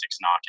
knocking